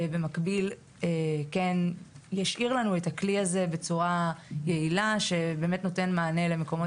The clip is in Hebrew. ובמקביל ישאיר לנו את הכלי הזה בצורה יעילה שתיתן מענה במקומות